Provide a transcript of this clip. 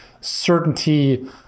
certainty